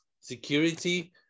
security